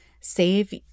save